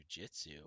jujitsu